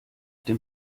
dem